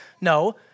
no